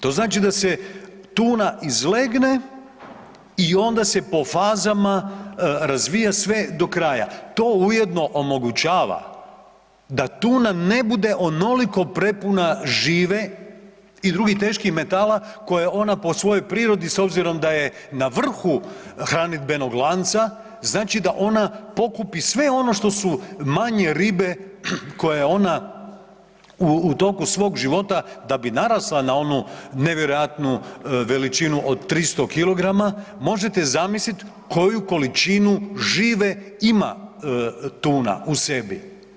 To znači da se tuna izlegne i onda se po fazama razvija sve do kraja, to ujedno omogućava da tuna ne bude onoliko prepuna žive i drugih teških metala koja ona po svojoj prirodi s obzirom da je na vrhu hranidbenog lanca, znači da ona pokupi sve ono što su manje ribe koje ona u toku svog života da bi narasla na onu nevjerojatnu veličinu od 300 kg možete zamisliti koju količinu žive ima tuna u sebi.